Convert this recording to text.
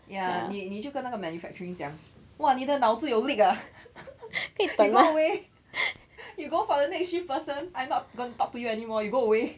ya 你你就跟那个 manufacturing 讲 !wah! 你的脑子有 leak ah you go away you go for the next shift person I'm not gonna talk to you anymore you go away